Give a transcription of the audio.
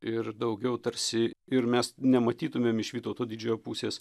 ir daugiau tarsi ir mes nematytumėm iš vytauto didžiojo pusės